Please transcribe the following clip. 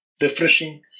refreshing